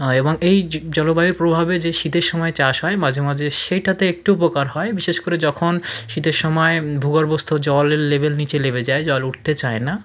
হয় এবং এই জলবায়ুর প্রভাবে যে শীতের সময় চাষ হয় মাঝে মাঝে সেটাতে একটু উপকার হয় বিশেষ করে যখন শীতের সময় ভূগর্ভস্থ জলের লেবেল নীচে নেমে যায় জল উঠতে চায় না